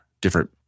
different